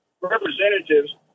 representatives